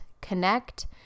connect